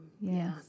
Yes